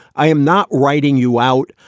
i am not writing you out.